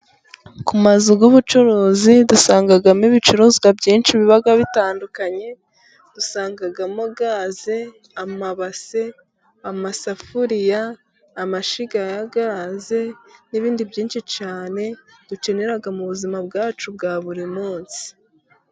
Ku mazu y'ubucuruzi dusangamo ibicuruzwa byinshi biba bitandukanye usangamo gaze, amabase amasafuriya ,amashyiga ya gaze n'ibindi byinshi cyane dukenera mu buzima bwacu bwa buri munsi.